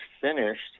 finished